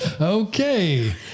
Okay